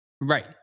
Right